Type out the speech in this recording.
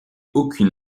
aucune